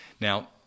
Now